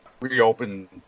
reopen